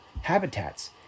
habitats